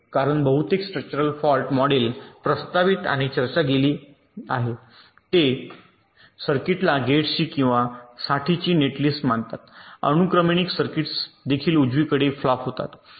कारण बहुतेक structural fault model प्रस्तावित आणि चर्चा केली गेली आहे ते सर्किटला गेट्सची किंवा साठीची नेटलिस्ट मानतात अनुक्रमिक सर्किट्स देखील उजवीकडे फ्लॉप होतात